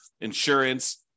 insurance